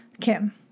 Kim